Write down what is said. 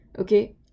okay